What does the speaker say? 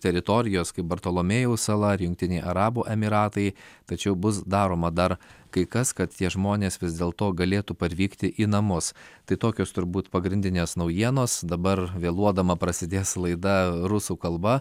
teritorijos kaip bartolomėjaus sala ar jungtiniai arabų emyratai tačiau bus daroma dar kai kas kad tie žmonės vis dėl to galėtų parvykti į namus tai tokios turbūt pagrindinės naujienos dabar vėluodama prasidės laida rusų kalba